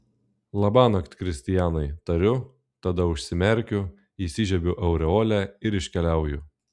labanakt kristianai tariu tada užsimerkiu įsižiebiu aureolę ir iškeliauju